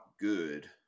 good